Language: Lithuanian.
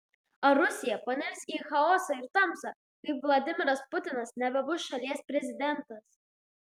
ar rusija panirs į chaosą ir tamsą kai vladimiras putinas nebebus šalies prezidentas